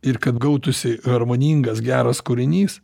ir kad gautųsi harmoningas geras kūrinys